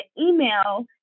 email